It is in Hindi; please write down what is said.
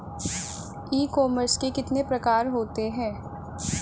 ई कॉमर्स के कितने प्रकार होते हैं?